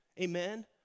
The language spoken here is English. Amen